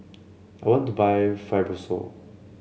I want to buy Fibrosol